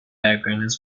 backgrounds